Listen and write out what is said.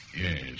Yes